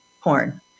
Porn